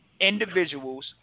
individuals